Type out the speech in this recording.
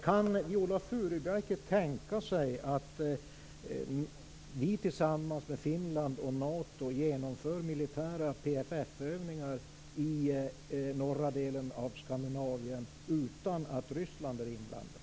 Kan Viola Furubjelke tänka sig att vi tillsammans med Finland och Nato genomför militära PFF-övningar i norra delen av Skandinavien utan att Ryssland är inblandat?